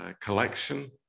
collection